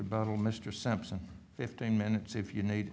about all mr sampson fifteen minutes if you need